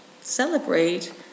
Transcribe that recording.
Celebrate